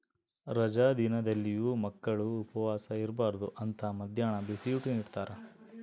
ರಜಾ ದಿನದಲ್ಲಿಯೂ ಮಕ್ಕಳು ಉಪವಾಸ ಇರಬಾರ್ದು ಅಂತ ಮದ್ಯಾಹ್ನ ಬಿಸಿಯೂಟ ನಿಡ್ತಾರ